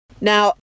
Now